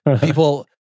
people